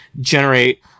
generate